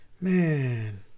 Man